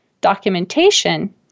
documentation